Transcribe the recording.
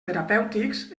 terapèutics